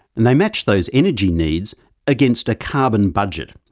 and they matched those energy needs against a carbon budget,